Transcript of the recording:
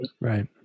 Right